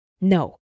No